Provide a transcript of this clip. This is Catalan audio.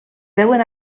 veuen